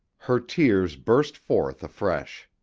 her tears burst forth afresh.